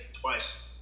twice